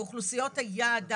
באוכלוסיות היעד,